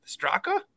Straka